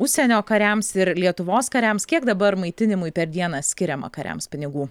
užsienio kariams ir lietuvos kariams kiek dabar maitinimui per dieną skiriama kariams pinigų